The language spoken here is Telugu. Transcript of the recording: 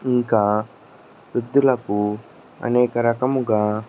ఇంకా వృద్ధులకు అనేక రకముగా